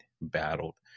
battled